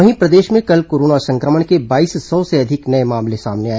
वहीं प्रदेश में कल कोरोना संक्रमण के बाईस सौ से अधिक नये मामले सामने आए